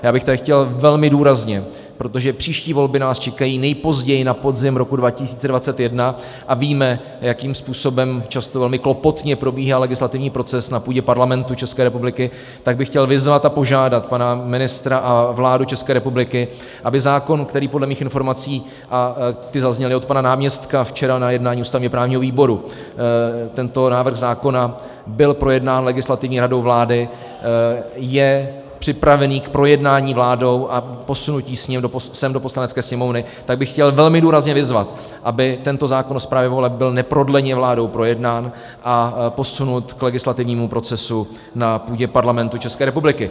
Já bych tady chtěl velmi důrazně, protože příští volby nás čekají nejpozději na podzim roku 2021, a víme, jakým způsobem často velmi klopotně probíhá legislativní proces na půdě Parlamentu České republiky, tak bych chtěl vyzvat a požádat pana ministra a vládu České republiky, aby zákon, který podle mých informací, ty zazněly od pana náměstka včera na jednání ústavněprávního výboru, tento návrh zákona byl projednán Legislativní radou vlády, je připravený k projednání vládou a posunutí sem do Poslanecké sněmovny, tak bych chtěl velmi důrazně vyzvat, aby tento zákon o správě voleb byl neprodleně vládou projednán a posunut k legislativnímu procesu na půdě Parlamentu České republiky.